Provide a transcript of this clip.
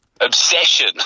obsession